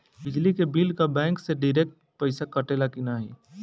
बिजली के बिल का बैंक से डिरेक्ट पइसा कटेला की नाहीं?